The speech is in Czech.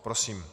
Prosím.